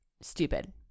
stupid